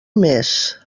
més